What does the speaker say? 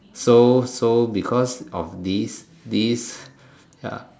so so because of this this ya